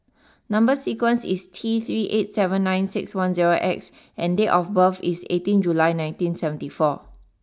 number sequence is T three eight seven nine six one zero X and date of birth is eighteen July nineteen seventy four